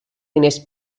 diners